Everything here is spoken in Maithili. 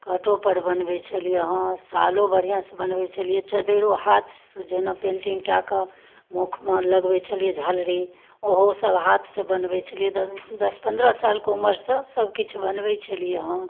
काँटोपर बनबै छलियै हँ सॉलो बढ़िआँ सँ बनबै छलियै हँ चद्दरिओ हाथसँ जेना पेन्टिंग कऽ कऽ मुखमे लगबै छलियै हँ झालड़ि ओहो सब हाथसँ बनबै छलियै दस पन्द्रह सालके उमेरसँ सब किछु बनबै छलियै हँ